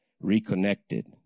reconnected